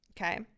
Okay